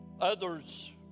others